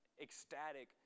ecstatic